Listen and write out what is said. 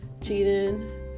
cheating